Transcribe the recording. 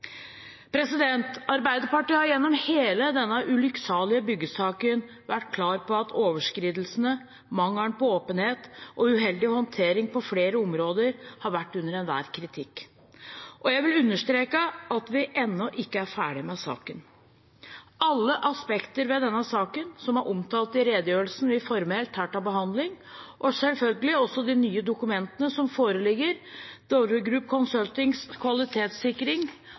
Arbeiderpartiet har gjennom hele denne ulykksalige byggesaken vært klar på at overskridelsene, mangelen på åpenhet og uheldig håndtering på flere områder har vært under enhver kritikk. Jeg vil understreke at vi ennå ikke er ferdige med saken. Alle aspekter ved denne saken som er omtalt i redegjørelsen vi formelt har til behandling, og selvfølgelig også de nye dokumentene som foreligger, Dovre Group Consultings kvalitetssikring